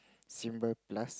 symbol plus